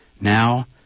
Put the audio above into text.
Now